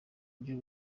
buryo